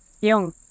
Young